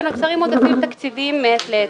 ונוצרים עודפים מעת לעת.